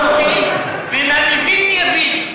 והמבין יבין.